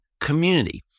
community